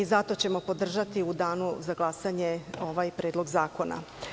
Zato ćemo i podržati u danu za glasanje ovaj Predlog zakona.